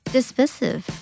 Dismissive